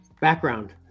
background